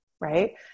right